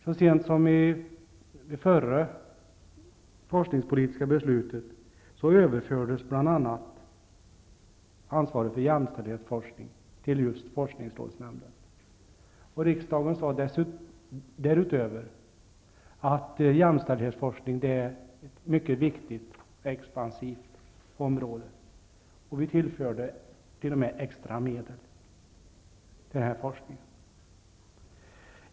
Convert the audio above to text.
Så sent som i det förra forskningspolitiska beslutet överfördes bl.a. ansvaret för jämställdhetsforskning till just forskningsrådsnämnden. Riksdagen sade därutöver att jämställdhetsforskning är ett mycket viktigt och expansivt område. Vi tillförde t.o.m. extra medel till denna forskning.